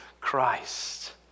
Christ